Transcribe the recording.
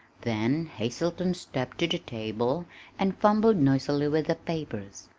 then hazelton stepped to the table and fumbled noisily with the papers.